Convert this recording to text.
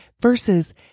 versus